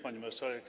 Pani Marszałek!